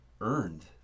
earned